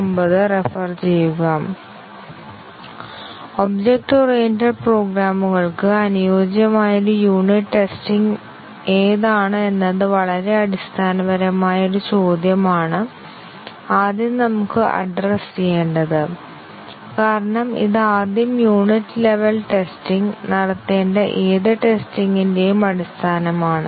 object oriented പ്രോഗ്രാമുകൾക്ക് അനുയോജ്യമായ ഒരു യൂണിറ്റ് ടെസ്റ്റിംഗ് ഏതാണ് എന്നത് വളരെ അടിസ്ഥാനപരമായ ഒരു ചോദ്യമാണ് ആദ്യം നമുക്ക് അഡ്രെസ്സ് ചെയ്യേണ്ടത് കാരണം ഇത് ആദ്യം യൂണിറ്റ് ലെവൽ ടെസ്റ്റിംഗ് നടത്തേണ്ട ഏത് ടെസ്റ്റിംഗിന്റെയും അടിസ്ഥാനമാണ്